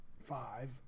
five